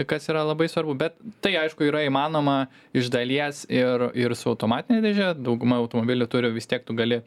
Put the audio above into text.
kas yra labai svarbu bet tai aišku yra įmanoma iš dalies ir ir su automatine dėže dauguma automobilių turi vis tiek tu gali